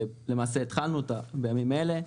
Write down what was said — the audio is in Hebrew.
למעשה התחלנו אותה בימים אלה,